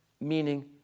meaning